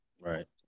Right